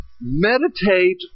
meditate